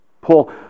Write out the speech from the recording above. Paul